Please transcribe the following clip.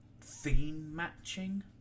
theme-matching